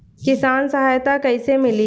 किसान सहायता कईसे मिली?